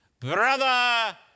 Brother